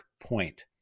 point